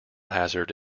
hazard